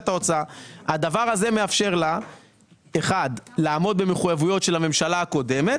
הדבר הזה מאפשר לה לעמוד במחוייבויות של הממשלה הקודמת,